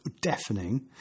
deafening